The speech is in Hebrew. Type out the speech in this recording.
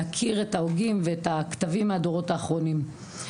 להכיר את ההוגים ואת הכתבים מהדורות האחרונים.